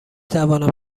توانم